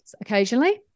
occasionally